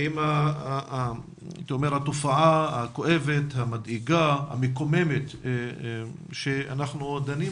עם התופעה הכואבת, המדאיגה והמקוממת בה אנחנו דנים